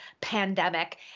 pandemic